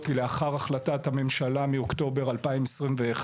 לאחר החלטת הממשלה באוקטובר שנת 2021,